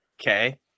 Okay